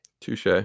touche